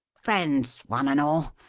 friends, one and all,